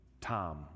Tom